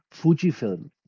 Fujifilm